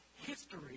history